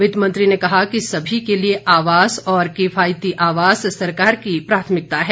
वित्तमंत्री ने कहा कि सभी के लिए आवास और किफायती आवास सरकार की प्राथमिकता है